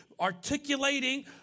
articulating